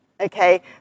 okay